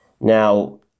Now